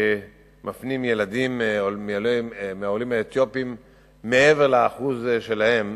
שמפנים ילדים מעולי אתיופיה מעבר לאחוז שלהם